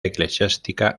eclesiástica